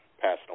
passing